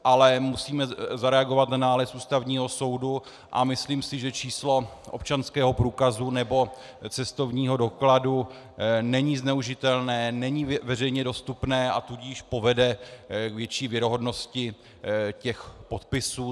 Ale musíme zareagovat na nález Ústavního soudu a myslím si, že číslo občanského průkazu nebo cestovního dokladu není zneužitelné, není veřejně dostupné, a tudíž povede k větší věrohodnosti podpisů.